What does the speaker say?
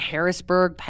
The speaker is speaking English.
Harrisburg